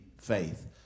faith